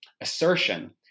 assertion